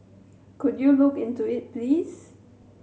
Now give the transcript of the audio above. could you look into it please